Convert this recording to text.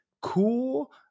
cool